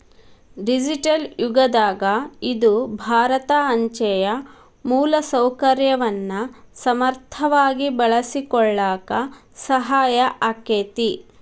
digital ಯುಗದಾಗ ಇದು ಭಾರತ ಅಂಚೆಯ ಮೂಲಸೌಕರ್ಯವನ್ನ ಸಮರ್ಥವಾಗಿ ಬಳಸಿಕೊಳ್ಳಾಕ ಸಹಾಯ ಆಕ್ಕೆತಿ